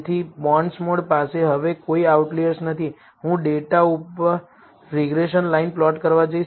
તેથી બોન્ડસ્મોડ પાસે હવે કોઈ આઉટલિઅર્સ નથી અને હું ડેટા ઉપર રીગ્રેસન લાઇન પ્લોટ કરવા જઇશ